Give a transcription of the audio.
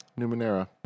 Numenera